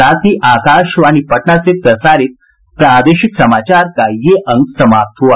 इसके साथ ही आकाशवाणी पटना से प्रसारित प्रादेशिक समाचार का ये अंक समाप्त हुआ